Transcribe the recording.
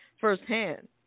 firsthand